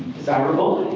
desirable